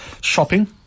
shopping